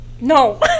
No